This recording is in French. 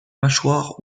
mâchoire